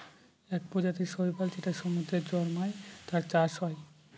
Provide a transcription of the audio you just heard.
এক প্রজাতির শৈবাল যেটা সমুদ্রে জন্মায়, তার চাষ হয়